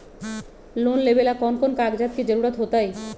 Loan लेवेला कौन कौन कागज के जरूरत होतई?